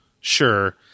Sure